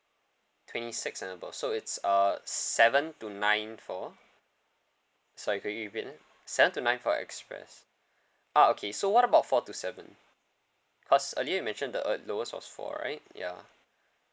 twenty six and above so it's uh seven to nine for sorry can you repeat again seven to nine for express ah okay so what about four to seven cause earlier you mention the uh lowest was four right ya